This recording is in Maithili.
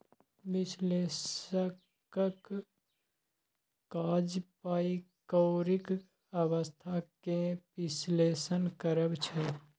बिश्लेषकक काज पाइ कौरीक अबस्था केँ बिश्लेषण करब छै